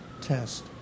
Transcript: test